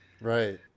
Right